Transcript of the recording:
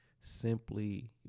simply